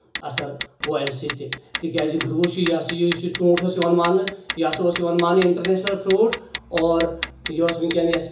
اَثر گوٚو اَمہِ سۭتۍ تہِ تِکیٚازِ گروٗس چھُ یہِ ہسا یہِ یُس یہِ ژوٗنٹھ اوس یوان ماننہٕ یہِ ہسا اوس یِوان ماننہٕ انٹرنیشنل فروٗٹ اور یہِ اوس ونٛکیٚن